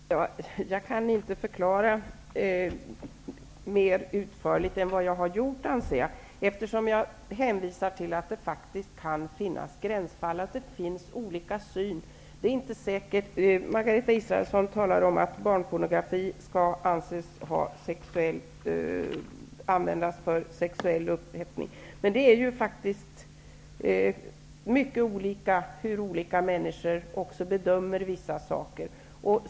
Herr talman! Jag kan inte förklara det mer utförligt än vad jag har gjort, anser jag. Jag hänvisar till att det faktiskt kan finnas gränsfall. Det finns olika syn på detta. Margareta Israelsson talar om att barnpornografi skall användas för sexuell upphetsning, men det är ju faktiskt mycket olika hur olika människor bedömer vissa saker.